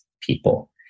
people